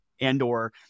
Andor